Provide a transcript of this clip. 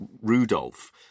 Rudolph